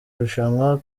rushanwa